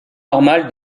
normal